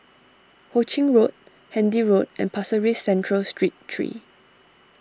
Ho Ching Road Handy Road and Pasir Ris Central Street three